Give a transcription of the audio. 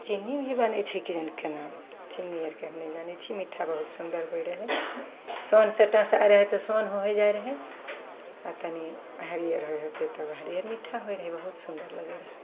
चिन्नी भी बनै छै कि जाने कोना चिन्नी आओरके हम नहि जानै छिए मिठ्ठा बहुत सुन्दर होइ रहै सोन से टेसाइ रहै तऽ सोन होइ जाइ रहै आओर तनि हरिअर होइ होते तऽ ओ हरिअर मिठ्ठा होइ रहै बहुत सुन्दर लगै रहै